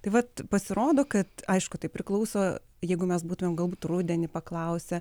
tai vat pasirodo kad aišku tai priklauso jeigu mes būtumėm galbūt rudenį paklausę